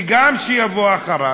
וגם שיבוא אחריו,